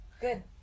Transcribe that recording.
Good